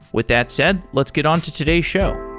with that said, let's get on to today's show.